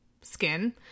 skin